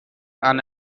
and